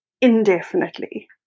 indefinitely